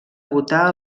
votar